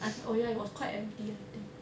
ah oh ya it was quite empty I think